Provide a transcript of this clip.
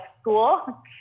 school